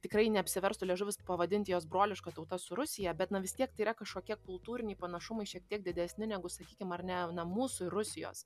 tikrai neapsiverstų liežuvis pavadinti jos broliška tauta su rusija bet na vis tiek tai yra kažkokie kultūriniai panašumai šiek tiek didesni negu sakykim ar ne na mūsų ir rusijos